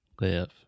Live